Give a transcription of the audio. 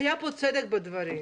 יש צדק בדברים,